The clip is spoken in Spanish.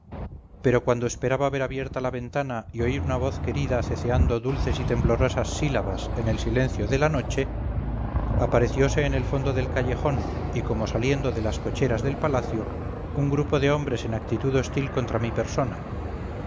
pero cuando esperaba ver abierta la ventana y oír una voz querida ceceando dulces y temblorosas sílabas en el silencio de la noche apareciose en el fondo del callejón y como saliendo de las cocheras del palacio un grupo de hombres en actitud hostil contra mi persona